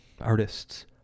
artists